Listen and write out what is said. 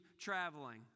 traveling